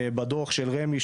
בדו"ח של רמ"י,